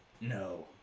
No